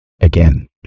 again